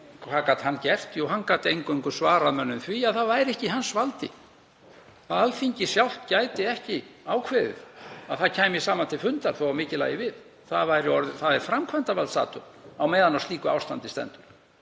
hvað gat hann gert? Jú, hann gat eingöngu svarað mönnum því að það væri ekki í hans valdi. Alþingi sjálft gæti ekki ákveðið að það kæmi saman til fundar þó að mikið lægi við. Það er framkvæmdarvaldsathöfn á meðan á slíku ástandi stendur.